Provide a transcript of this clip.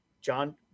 John